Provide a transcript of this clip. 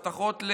הבטחות,